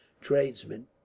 tradesmen